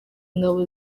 ingabo